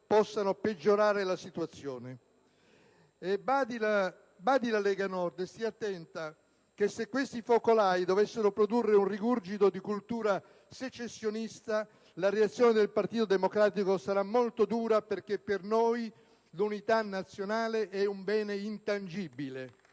possano peggiorare la situazione. Badi e stia attenta la Lega Nord che se questi focolai dovessero produrre un rigurgito di cultura secessionista la reazione del Partito Democratico sarà molto dura, perché per noi l'unità nazionale è un bene intangibile.